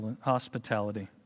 hospitality